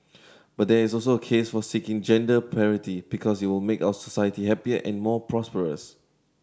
but there is also a case for seeking gender parity because it will make our society happier and more prosperous